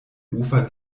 ufer